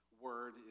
word